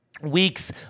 weeks